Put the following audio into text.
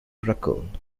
record